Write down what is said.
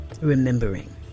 remembering